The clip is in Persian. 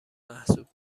محسوب